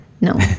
no